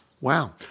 Wow